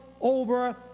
Over